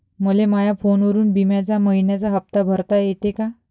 मले माया फोनवरून बिम्याचा मइन्याचा हप्ता भरता येते का?